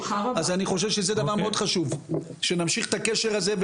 אני חושב שחשוב שנמשיך את הקשר הזה.